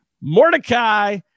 Mordecai